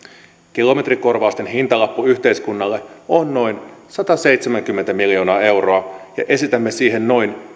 kilometrikorvausten hintalappu yhteiskunnalle on noin sataseitsemänkymmentä miljoonaa euroa ja esitämme siihen noin